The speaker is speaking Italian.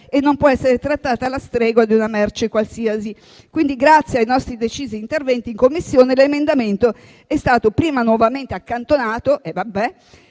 e non può essere trattata alla stregua di una merce qualsiasi. Quindi, grazie ai nostri decisi interventi in Commissione, l'emendamento è stato prima nuovamente accantonato - e vabbè